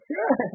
Sure